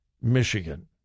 Michigan